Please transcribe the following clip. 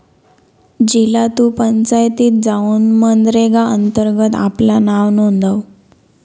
झिला तु पंचायतीत जाउन मनरेगा अंतर्गत आपला नाव नोंदव